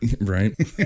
right